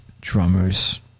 drummers